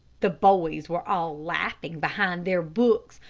the boys were all laughing behind their books,